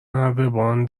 نردبان